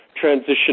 transition